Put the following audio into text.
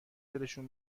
دلشون